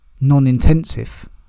non-intensive